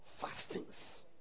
fastings